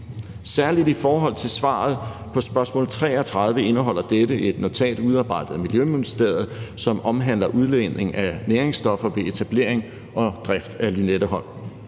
Særligt i forhold til svaret på spørgsmål 33 indeholder dette et notat udarbejdet af Miljøministeriet, som omhandler udledning af næringsstoffer ved etablering og drift af Lynetteholm.